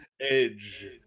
edge